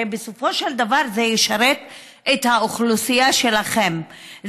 הרי בסופו של דבר זה ישרת את האוכלוסייה שלכם,